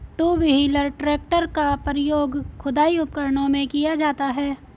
to wheeler tractor का प्रयोग खुदाई उपकरणों में किया जाता हैं